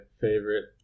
favorite